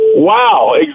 Wow